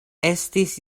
estis